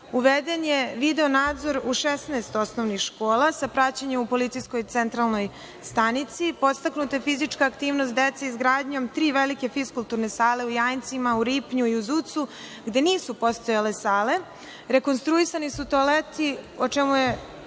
Uveden je video nadzor u 16 osnovnih škola, sa praćenjem u policijskoj centralnoj stanici, podstaknuta je fizička aktivnost dece izgradnjom tri velike fiskulturne sale u Jajincima, Ripnju i u Zucu, gde nisu postojale sale, rekonstruisani su toaleti o čemu je